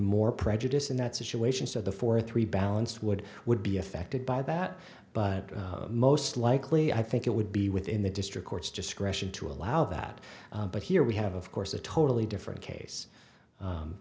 more prejudice in that situation so the fourth rebalanced would would be affected by that but most likely i think it would be within the district court's discretion to allow that but here we have of course a totally different case